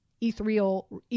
Ethereal